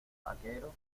vaquero